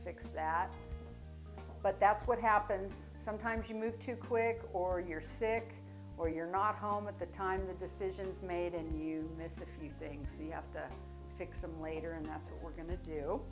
fix that but that's what happens sometimes you move too quickly or you're sick or you're not home at the time the decisions made and you miss a few things you have to fix them later and that's what we're go